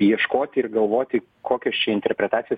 ieškoti ir galvoti kokios čia interpretacijos